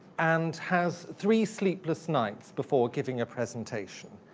and has three sleepless nights before giving a presentation.